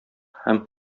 һәм